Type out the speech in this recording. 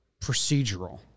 procedural